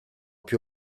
più